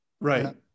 Right